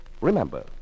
Remember